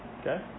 Okay